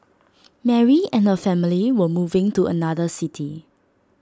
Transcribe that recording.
Mary and her family were moving to another city